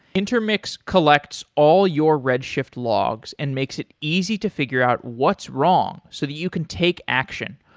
intermix collects all your redshift logs and makes it easy to figure out what's wrong, so that you can take action,